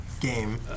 game